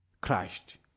crashed